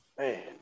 Man